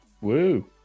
Woo